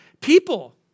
people